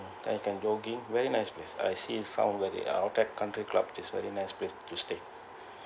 then you can jogging very nice place I see some of the arena country club is very nice place to stay